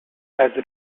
has